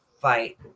fight